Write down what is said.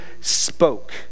spoke